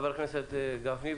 חבר הכנסת גפני,